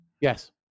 Yes